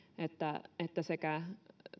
että että sekä